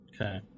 Okay